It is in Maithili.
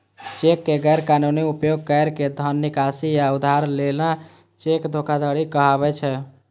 चेक के गैर कानूनी उपयोग कैर के धन निकासी या उधार लेना चेक धोखाधड़ी कहाबै छै